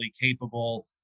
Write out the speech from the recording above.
capable